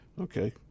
Okay